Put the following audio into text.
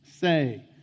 say